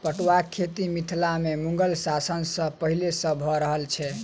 पटुआक खेती मिथिला मे मुगल शासन सॅ पहिले सॅ भ रहल छै